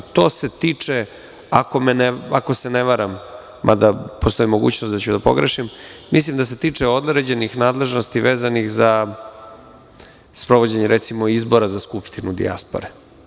To se tiče, ako se ne varam, mada postoji mogućnost da ću da pogrešim, mislim da se tiče određenih nadležnosti vezanih za sprovođenje recimo izbora za Skupštinu dijaspore.